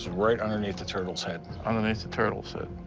right underneath the turtle's head. underneath the turtle's head.